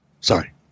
Sorry